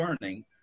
learning